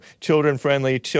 Children-friendly